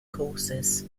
courses